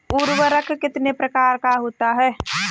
उर्वरक कितने प्रकार का होता है?